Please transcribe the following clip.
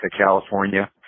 California